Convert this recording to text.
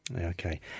Okay